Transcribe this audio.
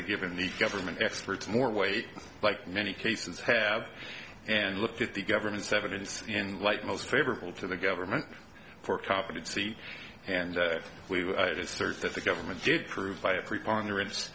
have given the government experts more weight like many cases have and look at the government's evidence in light most favorable to the government for competency and it is thirty that the government did prove by a preponderance